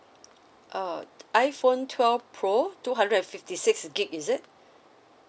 uh iphone twelve pro two hundred and fifty six gig is it